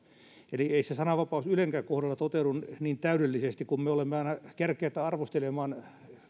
eli ei se sananvapaus ylenkään kohdalla toteudu niin täydellisesti me olemme aina kärkkäitä arvostelemaan